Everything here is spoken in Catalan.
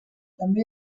també